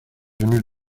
venu